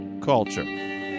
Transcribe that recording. Culture